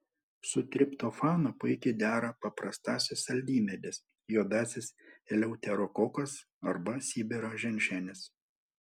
su triptofanu puikiai dera paprastasis saldymedis juodasis eleuterokokas arba sibiro ženšenis